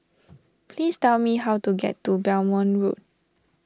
please tell me how to get to Belmont Road